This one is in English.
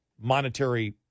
monetary